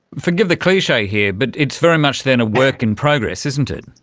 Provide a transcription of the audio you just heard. forgive the cliche here but it's very much then a work in progress, isn't it.